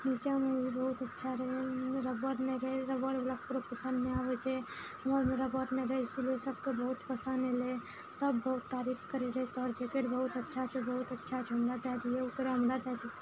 निच्चामे भी बहुत अच्छा रहै रबड़ नहि रहै रबर वाला ककरो पसन्द नहि आबै छै वहाँ रबड़ नहि रहै इसीलिए सबके बहुत पसन्द अयलै सब बहुत तारीफ करै रहै तऽ जैकेट बहुत अच्छा छै बहुत अच्छा छै हमरा दए दियै ओकरो हमरा दै दियौ